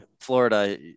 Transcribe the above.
Florida